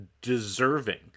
deserving